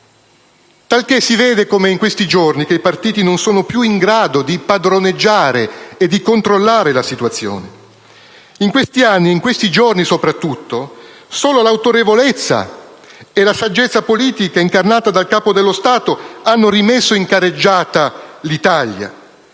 talché si vede come in questi giorni i partiti non sono più in grado di padroneggiare e controllare la situazione. In questi anni, soprattutto in questi giorni, solo l'autorevolezza e la saggezza politica incarnate dal Capo dello Stato hanno rimesso in carreggiata l'Italia.